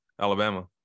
Alabama